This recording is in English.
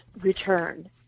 return